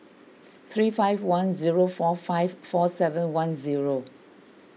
three five one zero four five four seven one zero